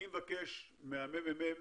אני מבקש מהממ"מ